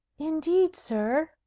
indeed, sir,